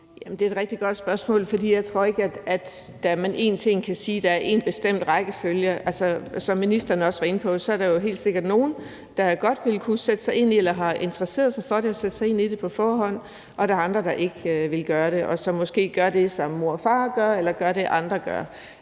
Det er et rigtig godt spørgsmål, for jeg tror ikke, at man en til en kan sige, at der er én bestemt rækkefølge. Altså, som ministeren også var inde på, er der jo helt sikkert nogle, der godt vil kunne sætte sig ind i det, eller som har interesseret sig for det og sat sig ind i det på forhånd, og der er andre, der ikke vil gøre det, og som måske gør det, som mor og far gør, eller gør det, andre gør.